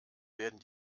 werden